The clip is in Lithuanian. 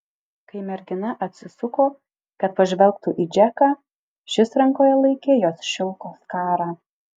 kai mergina atsisuko kad pažvelgtų į džeką šis rankoje laikė jos šilko skarą